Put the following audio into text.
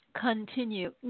Continue